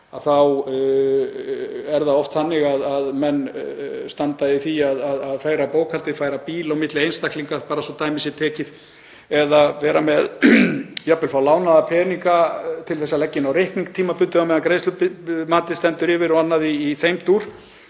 þá er það oft þannig að menn standa í því að færa bókhaldið, færa bíl á milli einstaklinga bara svo að dæmi sé tekið, eða jafnvel fá lánaða peninga til að leggja inn á reikning tímabundið á meðan greiðslumatið stendur yfir og annað í þeim dúr.